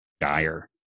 dire